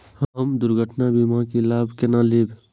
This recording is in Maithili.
हम दुर्घटना के बीमा के लाभ केना लैब?